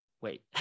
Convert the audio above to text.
wait